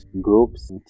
groups